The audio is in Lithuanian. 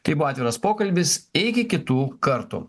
tai buvo atviras pokalbis iki kitų kartų